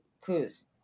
cruise